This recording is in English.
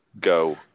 go